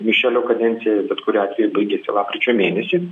mišelio kadencija bet kuriuo atveju baigiasi lapkričio mėnesį